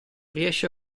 riesce